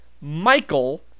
Michael